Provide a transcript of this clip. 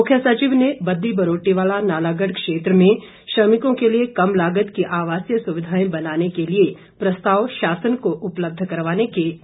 मुख्य सचिव ने बद्दी बरोटीवाला नालागढ़ क्षेत्र में श्रमिकों के लिए कम लागत की आवासीय सुविधाएं बनाने के लिए प्रस्ताव शासन को उपलब्ध करवाने के निर्देश दिए